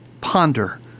ponder